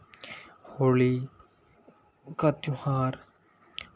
होली का त्योहार